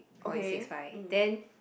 point six five then